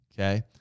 okay